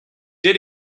did